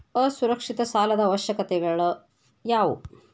ಅಸುರಕ್ಷಿತ ಸಾಲದ ಅವಶ್ಯಕತೆಗಳ ಯಾವು